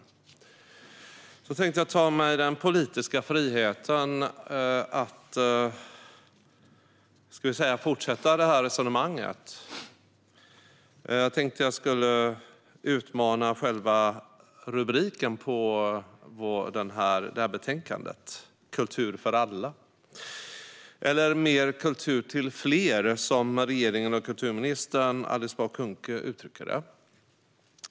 Jag tänkte ta mig den politiska friheten att fortsätta resonemanget genom att utmana själva rubriken på det här betänkandet: kultur för alla. Eller "mer kultur till fler" som regeringen och kulturminister Alice Bah Kuhnke uttrycker det.